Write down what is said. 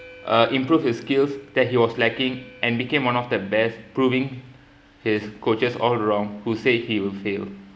uh improve his skills that he was lacking and became one of the best proving his coaches all wrong who say he will fail